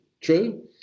True